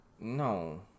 No